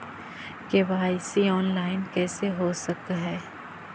KYC online कैसे हो सक है?